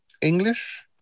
english